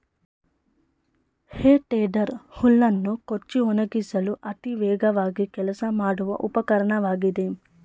ಹೇ tedder ಹುಲ್ಲನ್ನು ಕೊಚ್ಚಿ ಒಣಗಿಸಲು ಅತಿ ವೇಗವಾಗಿ ಕೆಲಸ ಮಾಡುವ ಉಪಕರಣವಾಗಿದೆ